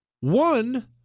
One